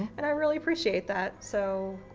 and i really appreciate that. so